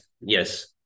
yes